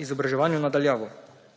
izobraževanju na daljavo.